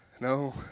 No